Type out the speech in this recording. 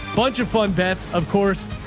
bunch of fun bets. of course,